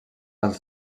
als